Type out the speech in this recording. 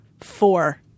four